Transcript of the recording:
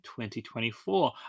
2024